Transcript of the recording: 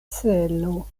celo